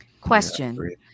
Question